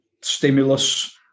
stimulus